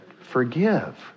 Forgive